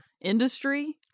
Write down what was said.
industry